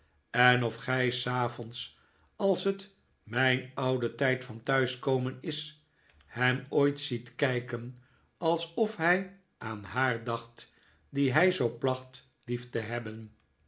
en of gij s avonds als het mijn oude tijd van thuiskomen is hem ooit ziet kijken alsof hij aan haar dacht die hij zoo placht lief te hebben